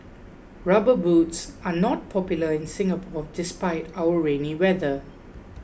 rubber boots are not popular in Singapore despite our rainy weather